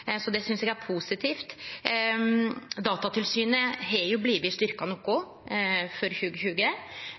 Så det synest eg er positivt. Datatilsynet har jo blitt styrkt noko for 2020,